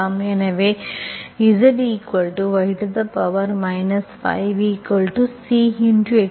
எனவே Zy 5C x5 x4